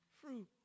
fruit